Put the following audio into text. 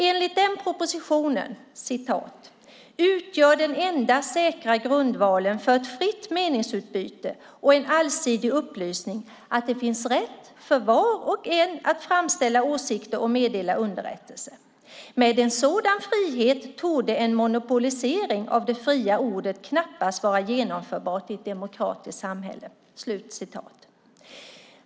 Enligt den propositionen utgör den enda säkra grundvalen för ett fritt meningsutbyte och en allsidig upplysning att det finns rätt för var och en att framställa åsikter och meddela underrättelse. Med en sådan frihet torde en monopolisering av det fria ordet knappast vara genomförbar i ett demokratiskt samhälle.